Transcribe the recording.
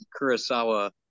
Kurosawa